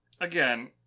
again